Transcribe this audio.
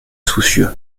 soucieux